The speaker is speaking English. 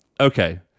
Okay